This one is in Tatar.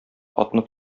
атны